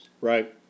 Right